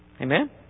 Amen